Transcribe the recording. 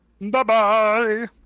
Bye-bye